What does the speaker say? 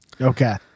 Okay